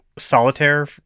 solitaire